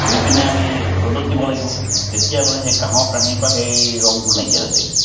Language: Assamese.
ধুই পিনে আমি ৰ'দত দিব লাগিব তেতিয়া মানে সেই কাঁহৰ কাঁহীৰ পৰা সেই ৰংটো নাইকিয়া হৈ যায়গৈ